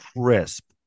crisp